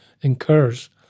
incurs